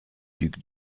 duc